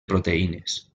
proteïnes